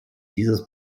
dieses